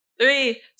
Three